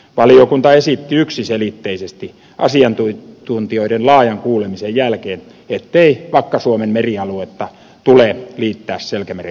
valiokunta esitti yksiselitteisesti asiantuntijoiden laajan kuulemisen jälkeen ettei vakka suomen merialuetta tule liittää selkämeren kansallispuistoon